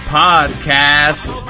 podcast